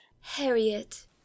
harriet